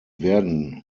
werden